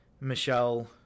Michelle